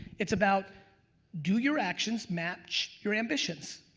it's about do your actions match your ambitions?